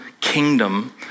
kingdom